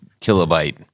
kilobyte